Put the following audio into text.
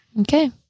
Okay